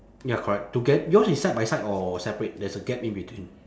ya correct to get yours is side by side or separate there's a gap in between